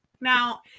Now